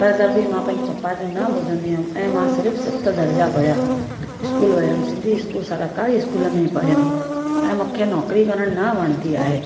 पर त बि मां पंहिंजे पपा जो न ॿुधंदी हुअमि ऐं मां सिर्फ़ु सत दर्जा पढ़िया स्कूल वयमि सिंधी स्कूल सराकारी स्कूल में पढ़ियमि ऐं मूंखे नौकिरी करणु न वणंदी आहे